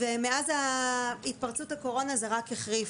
מאז התפרצות הקורונה זה רק החריף.